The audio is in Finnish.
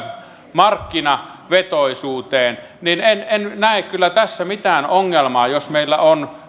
markkinavetoisuuteen en näe kyllä tässä mitään ongelmaa jos meillä on